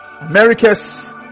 Americas